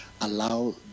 allow